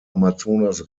amazonas